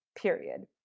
period